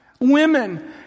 Women